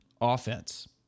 offense